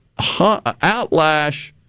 outlash